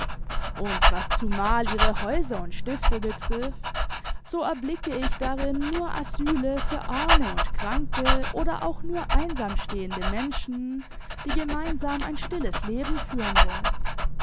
und was zumal ihre häuser und stifte betrifft so erblicke ich darin nur asyle für arme und kranke oder auch nur einsam stehende menschen die gemeinsam ein stilles leben führen wollen